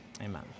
amen